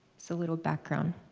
so little background.